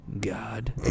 God